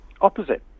opposite